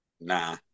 nah